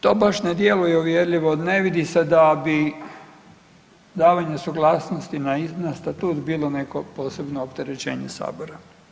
To baš ne djeluje uvjerljivo, ne vidi se da bi davanje suglasnosti na statut bilo neko posebno opterećenje sabora.